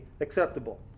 acceptable